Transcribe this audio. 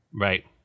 Right